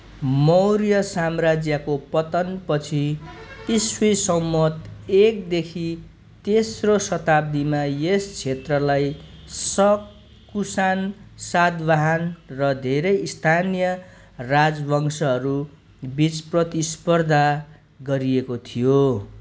मौर्य साम्राज्यको पतनपछि इस्वी सम्वत् एकदेखि तेस्रो शताब्दीमा यस क्षेत्रलाई शक कुषाण सातवाहन र धेरै स्थानीय राजवंशहरूबिच प्रतिस्पर्धा गरिएको थियो